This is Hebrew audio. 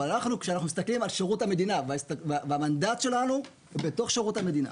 אבל כשאנחנו מסתכלים על שירות המדינה והמנדט שלנו בתוך שירות המדינה.